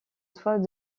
toit